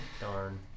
Darn